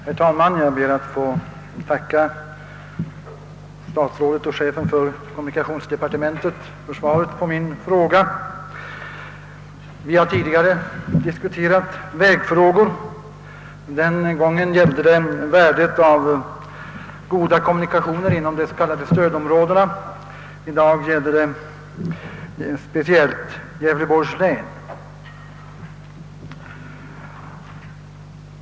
Herr talman! Jag ber att få tacka statsrådet och chefen för kommunikationsdepartementet för svaret på min fråga. Vi har tidigare diskuterat vägfrågor. Den gången gällde det värdet av goda kommunikationer inom de s.k. stödområdena — i dag gäller det speciellt Gävleborgs län.